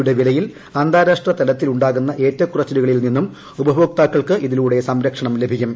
യുടെ വിലയിൽ അന്താരാഷ്ട്ര തലത്തിലുണ്ടാകുന്ന ഏറ്റക്കുറച്ചിലുകളിൽ നിന്നും ഉപഭോക്താക്കൾക്ക് ഇതിലൂടെ സംരക്ഷണം ലഭിക്കും